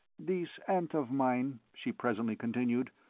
this aunt of mine, she presently continued,